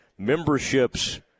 Memberships